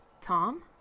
Tom